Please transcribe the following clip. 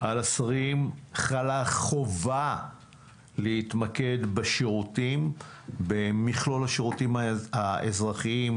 על השרים חלה חובה להתמקד במכלול השירותים האזרחיים,